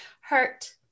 Hurt